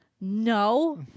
no